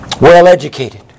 well-educated